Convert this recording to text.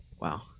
Wow